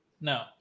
No